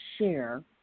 share